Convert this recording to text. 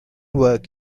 work